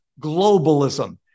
globalism